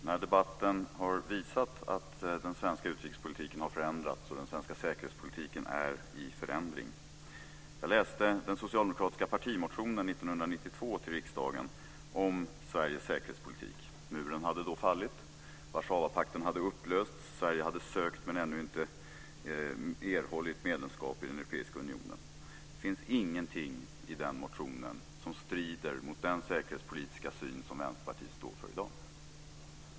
Herr talman! Denna debatt har visat att den svenska utrikespolitiken har förändrats och att den svenska säkerhetspolitiken är i förändring. Jag läste den socialdemokratiska partimotionen till riksdagen 1992 om Sveriges säkerhetspolitik. Muren hade då fallit, Warszawapakten hade upplösts, och Sverige hade sökt men ännu inte erhållit medlemskap i den europeiska unionen. Det finns ingenting i den motionen som strider mot den säkerhetspolitiska syn som Vänsterpartiet står för i dag.